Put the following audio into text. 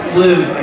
live